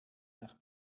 nach